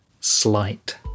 slight